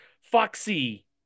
Foxy